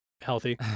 healthy